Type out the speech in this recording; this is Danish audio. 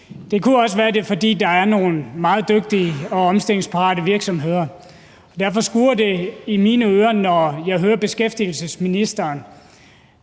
Det kunne også være, at det er, fordi der er nogle meget dygtige og omstillingsparate virksomheder. Derfor skurrer det i mine ører, når jeg hører beskæftigelsesministeren